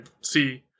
See